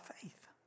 faith